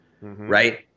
right